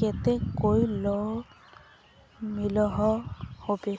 केते कोई लोन मिलोहो होबे?